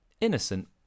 innocent